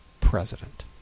president